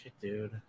dude